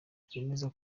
byemeza